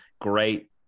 great